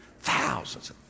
thousands